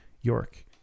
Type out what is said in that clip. York